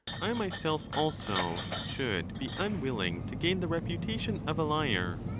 i myself, also, should be unwilling to gain the reputation of a liar.